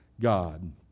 God